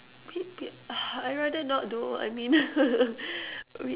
pe~ pe~ I rather not though I mean wait